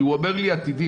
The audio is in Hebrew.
כי הוא אומר עתידית,